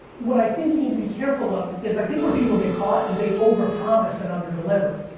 what i think you need to be careful of, is i think where people get caught, is they overpromise and under-deliver.